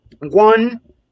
one